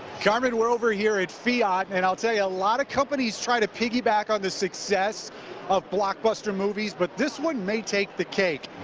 carmen, we're over here at fiat and i'll tell you a lot of companies try to piggy back on the success of blockbuster movies but this one may take the cake.